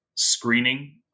screening